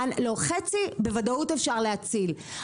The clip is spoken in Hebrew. חצי בוודאות אפשר להציל,